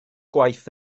gwaith